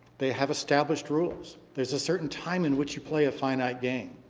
they have established rules. there's a certain time in which you play a finite game.